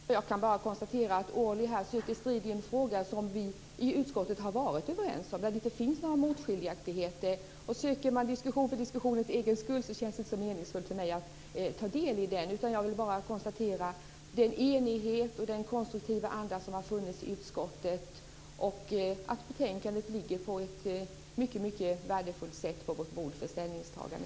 Fru talman! Jag kan bara konstatera att Ohly här söker strid i en fråga som vi i utskottet har varit överens om, och där det inte finns några skiljaktigheter. Söker man diskussion för diskussionens egen skull känns det inte så meningsfullt för mig att ta del i den. Jag vill bara konstatera att det har funnits en enighet och en konstruktiv anda i utskottet. Betänkandet ligger på ett mycket värdefullt sätt på vårt bord för ett ställningstagande.